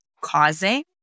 causing